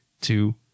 two